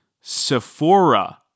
Sephora